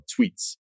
tweets